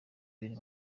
biri